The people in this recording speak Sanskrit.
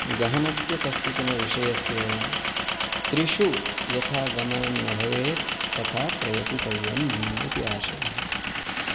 गहनस्य कस्यचन विषयस्य त्रिषु यथा गमनं न भवेत् तथा प्रयतितव्यम् इति आशयः